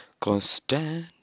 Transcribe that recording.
constant